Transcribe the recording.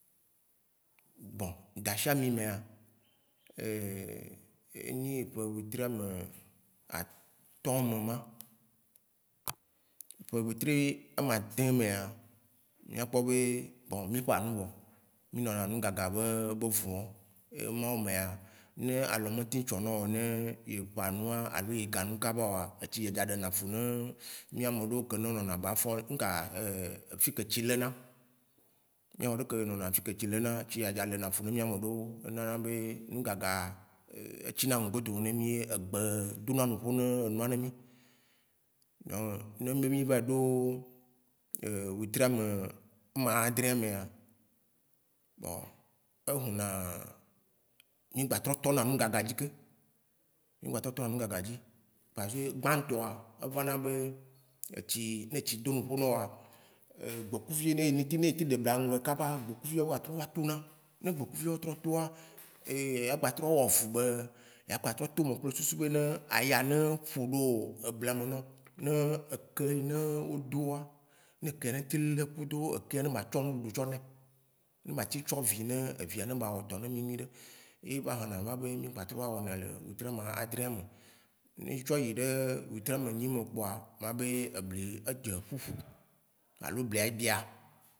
Bon, dashiamime ya enyi eƒe wetri ame atɔ̃ me ma. Eƒe wetri amãdrẽa mía kpɔ be mí gba nu wɔ. Mí nɔna nu gaga be be fu wɔo emao mea, ne alɔ me te tsɔ nao ne ye ƒa nua alo ye ga nu kabao a, etsi ɖe na fu ne mía wo ameɖeo ke nɔna bas- fonds wo me, ŋka fike etsi le na. Miɔ ameo ke nɔna fi ke esti lena, etsi ɖe na fu mía ameɖeo ena be ŋugaga etsi na ŋgbodome na mí ye egbe ɖo na nuƒo ne enua na mí. Ne enyi be mí vayi ɖo wetri ame- amãɖrẽ mea, bon ehu na mi gba trɔ tɔ na nu gaga dzi ke, mí gba trɔ tɔ na nu gagadzi parce gbã tɔa eva na be etsi ne etsi do nuƒo nɔ woa, gbekuvi ne- e te ɖebla nume kaba, gbekuvi wo va le trɔ la tona. Ne gbekuvi wo trɔ toa, a gba trɔ wɔfu be ya gba trɔ to eme kple susu be ne aya ne ƒu ɖo ebla me nɔo. Ne eke ne o doa, ne eke ɖe te le kudo eke ɖe ma tsɔ ŋuɖuɖu tsɔ nɛ, ne ma tse tsɔ vi ne ne ba wɔ dɔ na mí nyuiɖe. Eva na na nua be mí gba trɔ wɔnɛ le wetri ame adrẽ me. Ne etsɔe yi ne wetri ame nyi me kpoa, va be ebli edze ƒuƒu alo eblia bia.